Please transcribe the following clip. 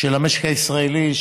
של המשק הישראלי,